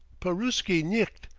paruski nicht!